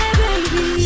baby